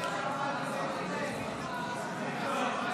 מה עם בית שמאי ובית הלל?